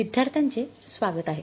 विद्यार्थ्यांचे स्वागत आहे